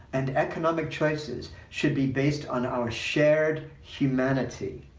and economic choices should be based on our shared humanity